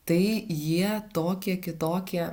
tai jie tokie kitokie